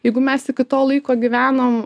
jeigu mes iki to laiko gyvenom